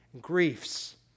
griefs